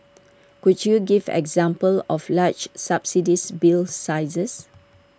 could you give examples of large subsidised bill sizes